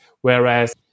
Whereas